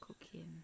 cooking